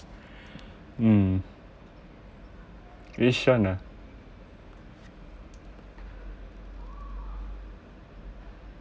mm which one ah